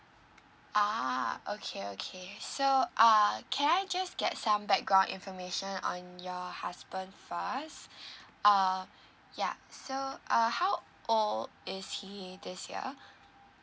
ah okay okay so err can I just get some background information on your husband first err ya so uh how old is he this ya